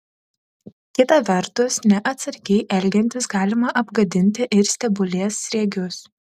kita vertus neatsargiai elgiantis galima apgadinti ir stebulės sriegius